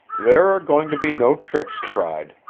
there are going to be no tricks tried,